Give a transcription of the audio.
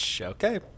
okay